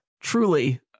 Truly